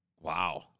Wow